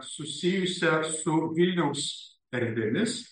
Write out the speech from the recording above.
susijusia su vilniaus erdvėmis